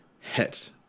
hit